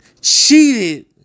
cheated